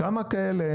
כמה כאלה